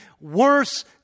worse